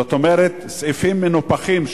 זאת אומרת סעיפים מנופחים,